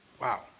Wow